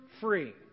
free